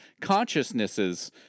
Consciousnesses